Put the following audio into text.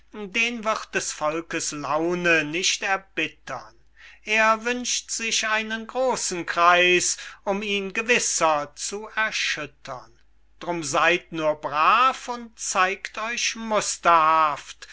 den wird des volkes laune nicht erbittern er wünscht sich einen großen kreis um ihn gewisser zu erschüttern drum seyd nur brav und zeigt euch